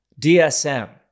DSM